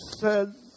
says